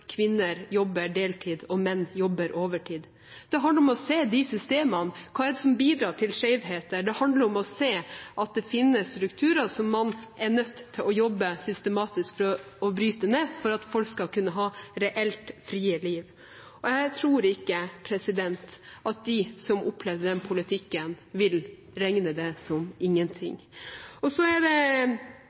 kvinner jobber deltid og menn jobber overtid. Det handler om å se systemene: Hva er det som bidrar til skjevheter? Det handler om å se at det finnes strukturer som man er nødt til å jobbe systematisk for å bryte ned for at folk skal kunne ha reelt frie liv. Jeg tror ikke at de som opplevde den politikken, vil regne det som ingenting. Så er det